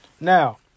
Now